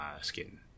skin